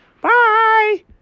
Bye